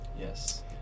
Yes